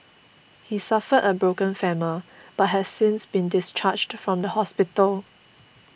he suffered a broken femur but has since been discharged from hospital